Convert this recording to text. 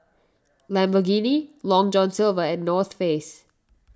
Lamborghini Long John Silver and North Face